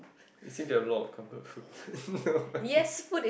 you seem to have a lot of comfort food